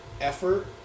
effort